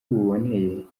buboneye